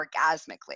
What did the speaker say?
orgasmically